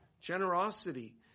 generosity